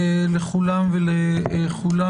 אני מתכבד לפתוח את הישיבה.